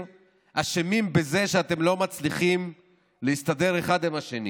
אשמים בזה שאתם לא מצלחים להסתדר אחד עם השני?